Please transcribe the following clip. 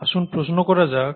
আসুন প্রশ্ন করা যাক